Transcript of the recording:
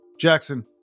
Jackson